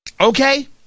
Okay